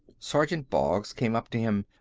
sergeant boggs came up to him.